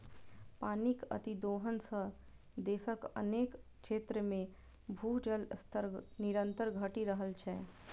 पानिक अतिदोहन सं देशक अनेक क्षेत्र मे भूजल स्तर निरंतर घटि रहल छै